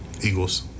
Eagles